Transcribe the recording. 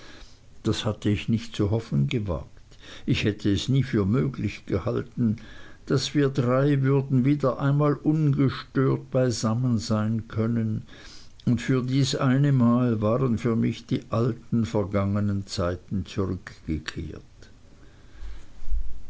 das hatte ich nicht zu hoffen gewagt ich hätte es nie für möglich gehalten daß wir drei würden wieder einmal ungestört beisammen sein können und für dies eine mal waren für mich die alten vergangnen zeiten zurückgekehrt